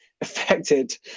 affected